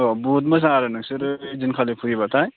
अ बहुद मोजां आरो नोंसोरो ओइदिनखालि फैयोबाथाय